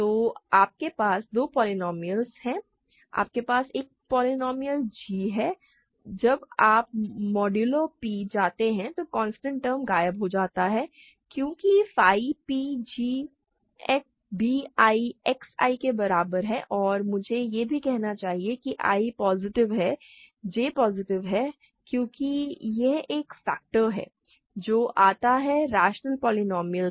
तो आपके पास दो पोलीनोमिअल हैं आपके पास एक पोलीनोमिअल g है जब आप मॉड्यूल p जाते हैं तो कांस्टेंट टर्म गायब हो जाता हैक्योंकि phi p g b i X i के बराबर है और मुझे यह भी कहना चाहिए कि i पॉजिटिव है j पॉजिटिव है क्योंकि यह एक फैक्टर है जो आता है रैशनल पोलीनोमिअल से